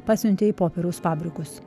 pasiuntė į popieriaus fabrikus